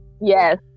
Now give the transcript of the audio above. Yes